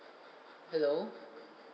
hello